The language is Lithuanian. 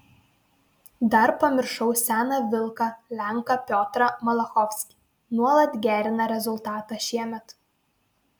dar pamiršau seną vilką lenką piotrą malachovskį nuolat gerina rezultatą šiemet